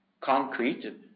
concrete